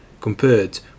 compared